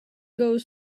goes